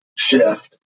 shift